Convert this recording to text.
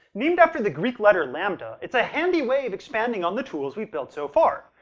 named after the greek letter lambda, it's a handy way of expanding on the tools we've built so far.